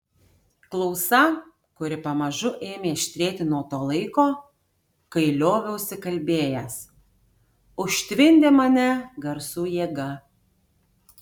klausa kuri pamažu ėmė aštrėti nuo to laiko kai lioviausi kalbėjęs užtvindė mane garsų jėga